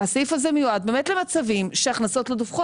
הסעיף הזה מיועד באמת למצבים שהכנסות לא דווחו,